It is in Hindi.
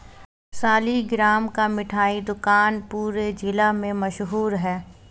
सालिगराम का मिठाई दुकान पूरे जिला में मशहूर है